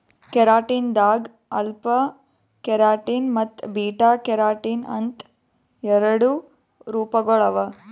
keratin ದಾಗ್ alpha keratin ಮತ್ತ್ beta keratin ಅಂತ್ ಎರಡು ರೂಪಗೊಳ್ ಅವಾ